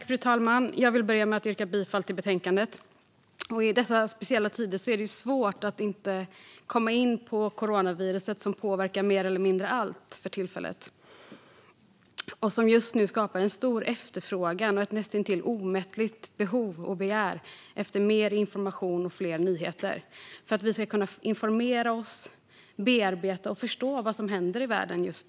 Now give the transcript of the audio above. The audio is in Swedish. Fru talman! Jag vill börja med att yrka bifall till förslaget i betänkandet. I dessa speciella tider är det svårt att inte komma in på coronaviruset som för tillfället påverkar mer eller mindre allt. Det skapar just nu en stor efterfrågan och ett näst intill omättligt behov av och begär efter mer information och fler nyheter. Det handlar om att vi ska kunna informera oss, bearbeta och förstå vad som nu sker världen över.